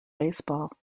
baseball